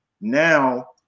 now